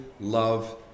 love